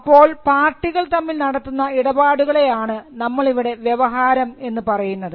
അപ്പോൾ പാർട്ടികൾ തമ്മിൽ നടത്തുന്ന ഇടപാടുകളെ ആണ് നമ്മൾ ഇവിടെ വ്യവഹാരം എന്ന് പറയുന്നത്